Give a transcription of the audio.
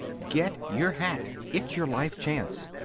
get your hat. it's your life chance.